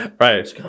Right